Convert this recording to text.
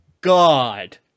God